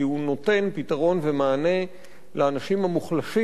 כי הוא נותן פתרון ומענה לאנשים המוחלשים